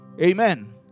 Amen